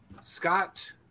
Scott